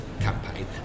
campaign